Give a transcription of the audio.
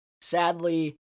sadly